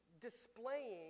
displaying